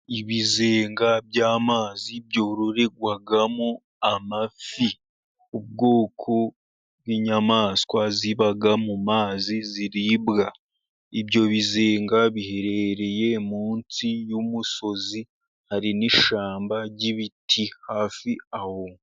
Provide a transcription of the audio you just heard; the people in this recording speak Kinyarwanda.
Ibizenga by'amazi byororerwagamo amafi, ubwoko bw'inyamaswa ziba mu mazi ziribwa. Ibyo bizenga biherereye munsi y'umusozi, hari n'ishyamba ry'ibiti hafi aho.